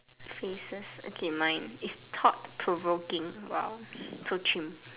faces okay mine is thought provoking !wow! so chim